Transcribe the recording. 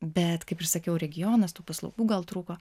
bet kaip ir sakiau regionas tų paslaugų gal trūko